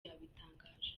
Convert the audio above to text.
yabitangaje